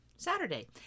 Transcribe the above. Saturday